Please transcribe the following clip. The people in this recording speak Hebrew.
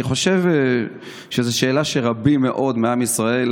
אני חושב שזו שאלה של רבים מאוד מעם ישראל,